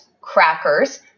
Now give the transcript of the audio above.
crackers